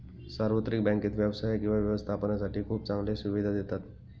सार्वत्रिक बँकेत व्यवसाय किंवा व्यवस्थापनासाठी खूप चांगल्या सुविधा देतात